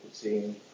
team